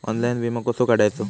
Online विमो कसो काढायचो?